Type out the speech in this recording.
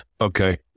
Okay